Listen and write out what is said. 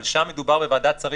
אבל שם מדובר בוועדת שרים